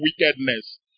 wickedness